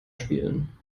spielen